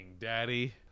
daddy